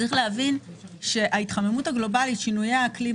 צריך להבין שההתחממות הגלובלית שינויי האקלים,